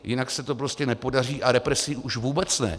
Jinak se to prostě nepodaří, a represí už vůbec ne.